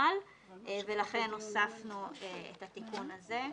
בותמ"ל ולכן הוספנו את התיקון הזה.